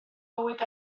bywyd